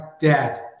dad